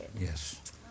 Yes